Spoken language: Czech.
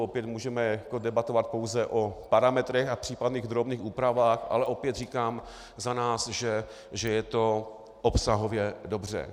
Opět můžeme debatovat pouze o parametrech a případných drobných úpravách, ale opět říkám za nás, že je to obsahově dobře.